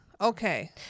Okay